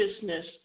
business